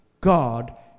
God